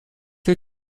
will